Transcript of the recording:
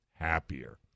happier